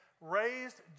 raised